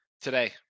Today